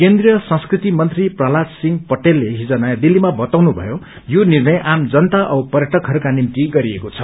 केन्द्रीय संस्कृति मन्त्री प्रह्लाद सिंह पटेलले हिज नयाँ दित्तीमा बताउनु भयो यो निर्णय आम जनता औ पर्यटकहरूका निम्ति गरिएको छ